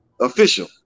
official